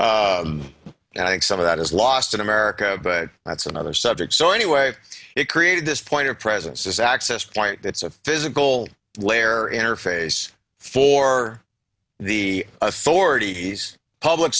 and i think some of that is lost in america but that's another subject so any way it created this point of presence is access point that's a physical layer interface for the authorities public